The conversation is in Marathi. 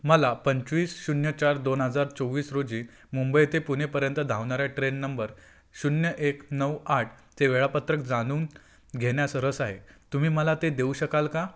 मला पंचवीस शून्य चार दोन हजार चोवीस रोजी मुंबई ते पुणेपर्यंत धावणाऱ्या ट्रेन नंबर शून्य एक नऊ आठचे वेळापत्रक जाणून घेण्यास रस आहे तुम्ही मला ते देऊ शकाल का